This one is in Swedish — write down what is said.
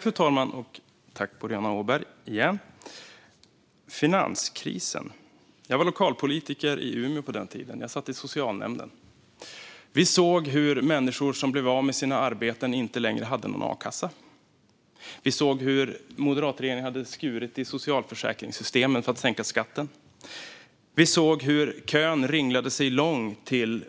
Fru talman! Under finanskrisen var jag lokalpolitiker i Umeå; jag satt i socialnämnden. Vi såg hur människor som blev av med sina arbeten inte längre hade någon a-kassa. Vi såg hur moderatregeringen hade skurit i socialförsäkringssystemet för att sänka skatten. Vi såg hur kön ringlade sig lång till